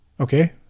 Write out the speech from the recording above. Okay